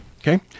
Okay